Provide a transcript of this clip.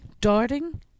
Darting